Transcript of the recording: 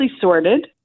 sorted